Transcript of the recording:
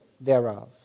thereof